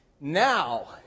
now